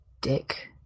Dick